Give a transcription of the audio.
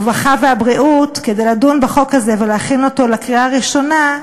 הרווחה והבריאות כדי לדון בחוק הזה ולהכין אותו לקריאה ראשונה,